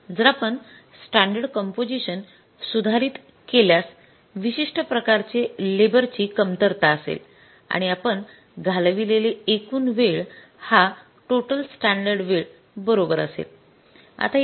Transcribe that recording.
जर आपण standard composition सुधारित गेल्यास विशिष्ठ प्रकारचे लेबर ची कमतरता असेल आणि आपण घालविलेले एकूण वेळ हा टोटल स्टॅंडर्ड वेळे बरोबर असेल